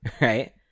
Right